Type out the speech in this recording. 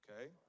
okay